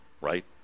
right